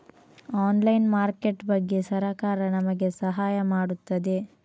Online market ಬಗ್ಗೆ ಸರಕಾರ ನಮಗೆ ಸಹಾಯ ಮಾಡುತ್ತದೆ?